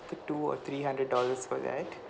t~ two or three hundred dollars for that